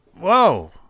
Whoa